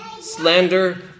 slander